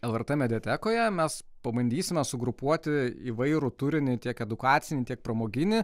lrt mediatekoje mes pabandysime sugrupuoti įvairų turinį tiek edukacinį tiek pramoginį